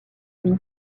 lui